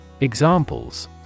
Examples